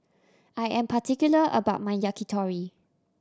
I am particular about my Yakitori